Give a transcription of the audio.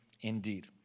indeed